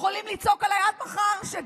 זה סיפורים באספמיא, תודה, תודה רבה.